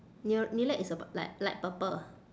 near lilac is ab~ like light purple